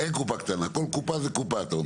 אין קופה קטנה, כל קופה זו קופה אתה אומר?